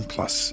Plus